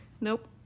Nope